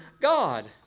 God